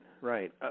right